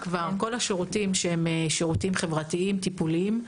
-- כל השירותים שהם שירותים חברתיים, טיפוליים,